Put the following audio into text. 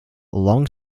long